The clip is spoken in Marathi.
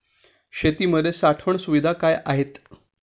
शेतीमध्ये साठवण सुविधा काय आहेत?